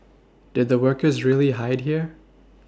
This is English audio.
did the workers really hide here